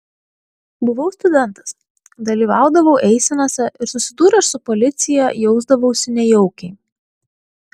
buvau studentas dalyvaudavau eisenose ir susidūręs su policija jausdavausi nejaukiai